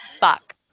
fuck